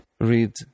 read